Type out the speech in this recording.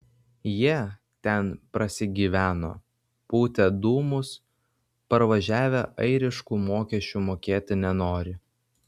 jie ten prasigyveno pūtė dūmus parvažiavę airiškų mokesčių mokėti nenori